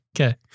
okay